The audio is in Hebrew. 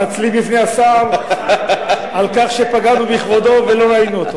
מתנצלים בפני השר על כך שפגענו בכבודו ולא ראינו אותו.